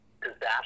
disaster